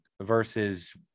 versus